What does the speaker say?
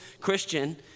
Christian